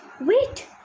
wait